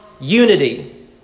unity